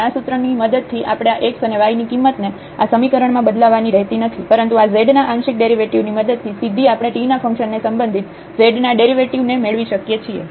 અને આ સૂત્રનું મદદથી આપણે આ x અને y ની કિંમતને આ સમીકરણ માં બદલાવવાની રહેતી નથી પરંતુ આ z ના આંશિક ડેરિવેટિવ ની મદદથી સીધી આપણે t ના ફંક્શનને સંબંધિત z ના ડેરિવેટિવ ને મેળવી શકીએ છીએ